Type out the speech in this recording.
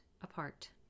apart